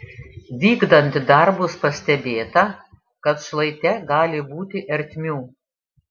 vykdant darbus pastebėta kad šlaite gali būti ertmių